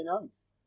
nights